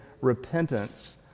repentance